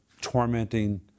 tormenting